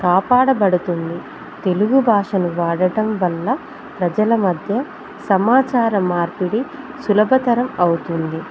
కాపాడబడుతుంది తెలుగు భాషను వాడటం వల్ల ప్రజల మధ్య సమాచారం మార్పిడి సులభతరం అవుతుంది